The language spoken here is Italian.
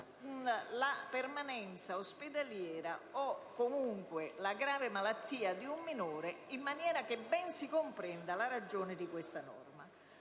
la permanenza ospedaliera o comunque la grave malattia del minore, in maniera che ben si comprenda la ragione di questa norma.